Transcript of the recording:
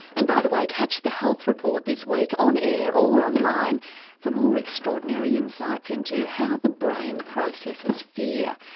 and by the way catch the health report this week on air or on-line for more extraordinary insights into how the brain processes fear,